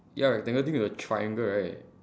ya rectangle thing with a triangle right